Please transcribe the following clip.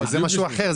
לא, זה משהו אחר.